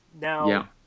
Now